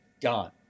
gone